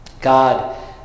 God